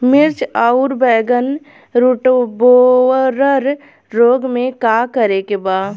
मिर्च आउर बैगन रुटबोरर रोग में का करे के बा?